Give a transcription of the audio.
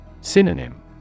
Synonym